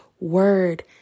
Word